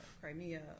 Crimea